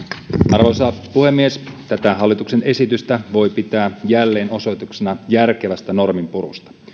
arvoisa puhemies tätä hallituksen esitystä voi pitää jälleen osoituksena järkevästä norminpurusta